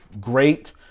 great